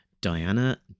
Diana